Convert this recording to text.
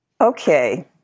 Okay